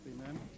amen